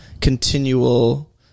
continual